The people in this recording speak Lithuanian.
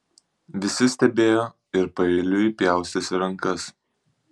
visi stebėjo ir paeiliui pjaustėsi rankas